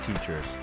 teachers